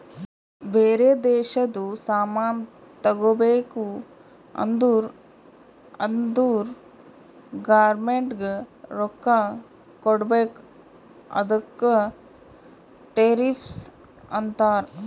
ಬೇರೆ ದೇಶದು ಸಾಮಾನ್ ತಗೋಬೇಕು ಅಂದುರ್ ಅದುರ್ ಗೌರ್ಮೆಂಟ್ಗ ರೊಕ್ಕಾ ಕೊಡ್ಬೇಕ ಅದುಕ್ಕ ಟೆರಿಫ್ಸ್ ಅಂತಾರ